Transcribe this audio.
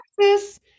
Texas